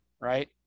right